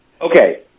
Okay